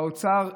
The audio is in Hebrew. האוצר,